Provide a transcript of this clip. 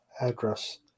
address